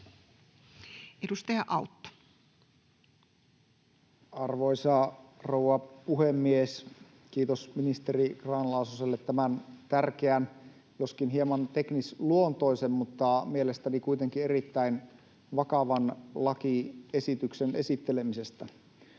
Content: Arvoisa rouva puhemies! Kiitos ministeri Grahn-Laasoselle tämän tärkeän joskin hieman teknisluontoisen mutta mielestäni kuitenkin erittäin vakavan lakiesityksen esittelemisestä.